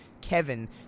Kevin